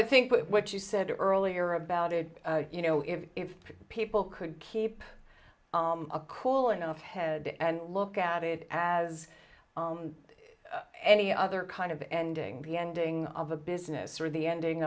i think what you said earlier about it you know if it's people could keep a cool enough head and look at it as any other kind of ending the ending of the business or the ending